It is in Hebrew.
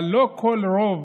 אבל לא כל רוב